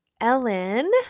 Ellen